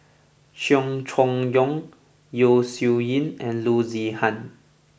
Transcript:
Cheong Choong Kong Yeo Shih Yun and Loo Zihan